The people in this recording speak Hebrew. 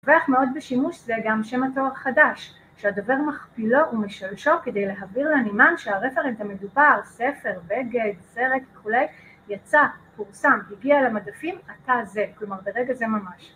רווח מאוד בשימוש זה גם שם התואר חדש, שהדבר מכפילו ומשלושו כדי להבהיר לנמען שהרפרנט המדובר, ספר, בגד, סרט כולי, יצא, פורסם, הגיע למדפים, עתה זה, כלומר ברגע זה ממש.